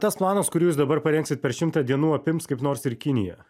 tas planas kurį jūs dabar parengsit per šimtą dienų apims kaip nors ir kiniją